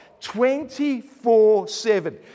24-7